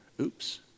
Oops